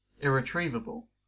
irretrievable